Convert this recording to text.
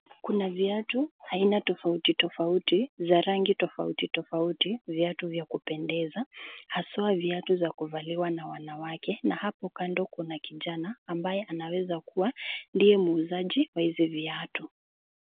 Kuna viafu aina tofauti tofauti za rangi tofauti tofauti .Viatu vya kupendeza, haswa viatu za kuvaliwa na wanawake na hapo kando kuna kijana ambaye anaweza kuwa ndiye muuzaji wa hizo viatu.